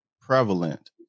prevalent